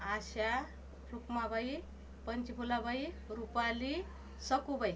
Asha Rukhmabai Panchphulabai Rupali Sakhubai